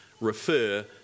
refer